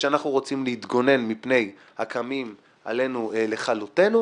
וכשאנחנו רוצים להתגונן מפני הקמים עלינו לכלותינו,